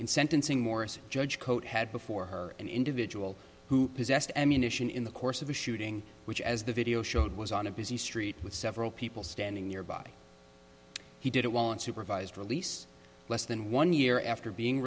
in sentencing morris judge coat had before her an individual who possessed ammunition in the course of the shooting which as the video showed was on a busy street with several people standing nearby he didn't want supervised release less than one year after being